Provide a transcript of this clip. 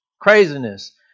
craziness